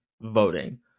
voting